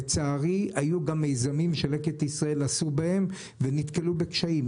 לצערי היו גם מיזמים שלקט ישראל עשו ונתקלו בקשיים,